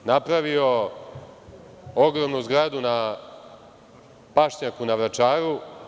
Napravio je ogromnu zgradu na pašnjaku na Vračaru.